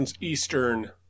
Eastern